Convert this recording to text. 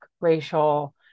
racial